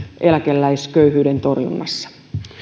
eläkeläisköyhyyden torjunnassa